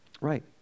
Right